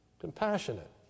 Compassionate